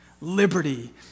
liberty